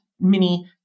mini